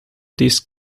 these